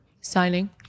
Signing